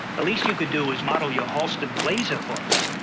the least you could do is model your halston blazer for us.